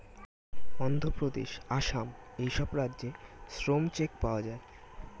অন্ধ্রপ্রদেশ, আসাম এই সব রাজ্যে শ্রম চেক পাওয়া যায়